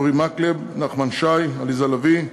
אורי מקלב, נחמן שי, עליזה לביא,